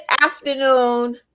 afternoon